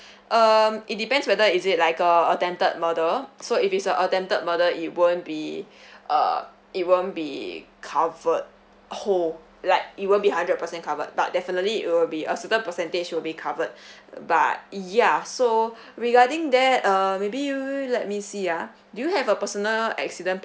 um it depends whether is it like a attempted murder so if it's a attempted murder it won't be uh it won't be covered whole like it won't be hundred percent covered but definitely it will be a certain percentage will be covered but ya so regarding that uh maybe you'll let me see ah do you have a personal accident